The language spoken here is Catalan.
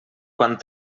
quan